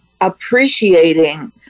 appreciating